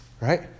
right